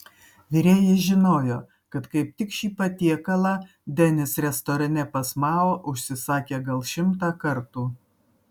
virėjas žinojo kad kaip tik šį patiekalą denis restorane pas mao užsisakė gal šimtą kartų